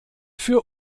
für